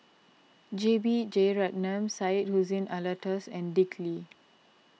J B Jeyaretnam Syed Hussein Alatas and Dick Lee